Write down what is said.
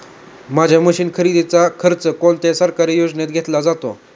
माझ्या मशीन खरेदीचा खर्च कोणत्या सरकारी योजनेत घेतला जातो?